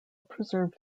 preserved